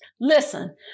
Listen